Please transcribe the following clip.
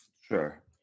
Sure